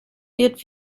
wird